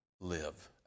live